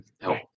help